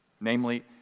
namely